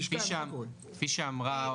כפי שאמרה